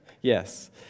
Yes